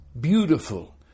beautiful